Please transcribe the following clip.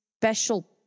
special